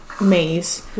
maze